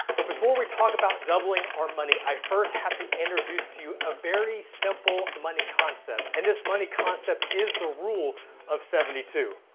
but before we talk about doubling our money, i first have to introduce to you, a very simple money concept. and this money concept is the rule of seventy two.